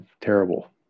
terrible